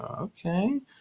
Okay